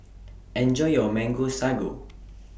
Enjoy your Mango Sago